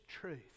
truth